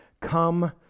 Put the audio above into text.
Come